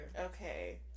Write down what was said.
Okay